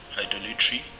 idolatry